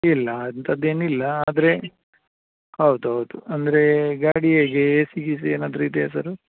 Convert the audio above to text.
ಇಲ್ಲ ಅಂಥದ್ದೇನು ಇಲ್ಲ ಆದರೆ ಹೌದು ಹೌದು ಅಂದ್ರೆ ಗಾಡಿ ಹೇಗೆ ಎ ಸಿ ಗೀಸಿ ಏನಾದರು ಇದೆಯಾ ಸರು